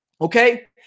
Okay